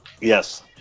Yes